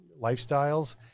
lifestyles